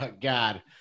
God